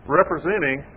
representing